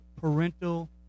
parental